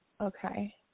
Okay